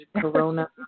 Corona